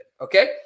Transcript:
Okay